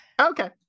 Okay